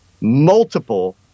multiple